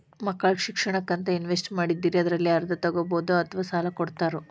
ಮಕ್ಕಳ ಶಿಕ್ಷಣಕ್ಕಂತ ಇನ್ವೆಸ್ಟ್ ಮಾಡಿದ್ದಿರಿ ಅದರಲ್ಲಿ ಅರ್ಧ ತೊಗೋಬಹುದೊ ಅಥವಾ ಸಾಲ ಕೊಡ್ತೇರೊ?